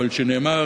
אבל שנאמר